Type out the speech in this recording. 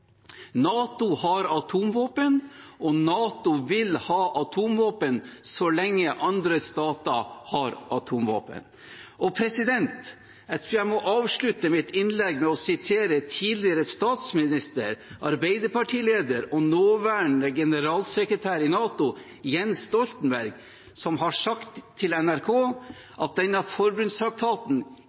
NATO har atomvåpen, og NATO vil ha atomvåpen så lenge andre stater har atomvåpen. Jeg tror jeg må avslutte mitt innlegg med å referere til tidligere statsminister, Arbeiderparti-leder og nåværende generalsekretær i NATO, Jens Stoltenberg, som har sagt til NRK at denne